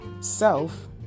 self